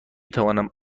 توانم